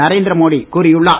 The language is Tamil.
நரேந்திரமோடி கூறியுள்ளார்